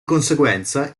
conseguenza